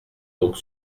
donc